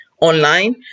online